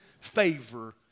favor